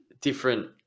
different